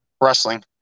wrestling